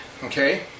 okay